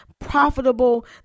profitable